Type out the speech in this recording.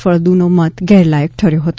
ફળદ્દનો મત ગેરલાયક કર્યો હતો